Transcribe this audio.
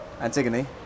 Antigone